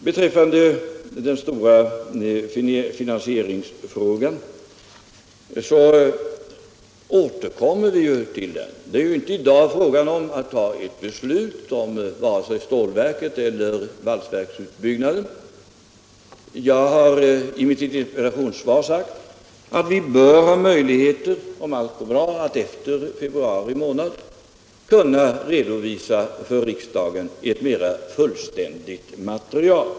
Beträffande den stora finansieringsfrågan får vi tillfälle att återkomma till den. Det är ju inte i dag fråga om att ta ett beslut om vare sig stålverket eller valsverksutbyggnaden. Jag har i mitt interpellationssvar sagt att vi bör ha möjligheter — om allt går bra — att efter februari månads utgång för riksdagen redovisa ett mera fullständigt material.